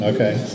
Okay